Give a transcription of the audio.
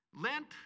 Lent